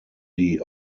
die